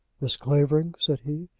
miss clavering, said he,